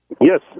Yes